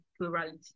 plurality